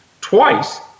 twice